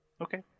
Okay